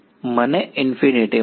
મને ઇન્ફીનિટી મળશે